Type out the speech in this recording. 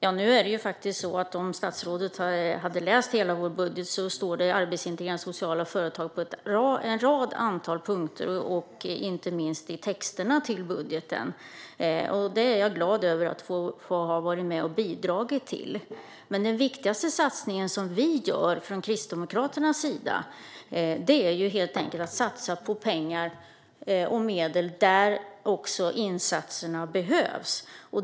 Fru talman! Om statsrådet hade läst hela vår budgetmotion hade han sett att det stod om arbetsintegrerande sociala företag i en rad punkter, inte minst i texterna till budgeten. Det är jag glad över att ha varit med och bidragit till. Den viktigaste satsningen vi gör från Kristdemokraternas sida är dock helt enkelt att vi satsar pengar och medel där insatserna behövs.